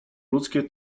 ludzkie